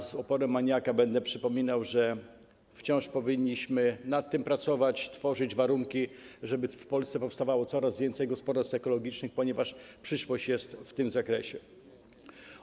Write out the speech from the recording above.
Z uporem maniaka będę przypominał, że wciąż powinniśmy nad tym pracować, tworzyć warunki, żeby w Polsce powstawało coraz więcej gospodarstw ekologicznych, ponieważ w tym zakresie jest przyszłość.